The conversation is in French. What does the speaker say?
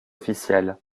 officielle